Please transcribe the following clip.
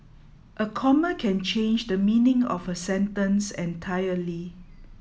a comma can change the meaning of a sentence entirely